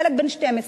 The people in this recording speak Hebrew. ילד בן 12,